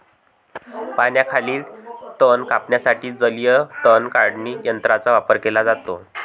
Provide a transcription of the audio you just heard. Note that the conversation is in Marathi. पाण्याखालील तण कापण्यासाठी जलीय तण काढणी यंत्राचा वापर केला जातो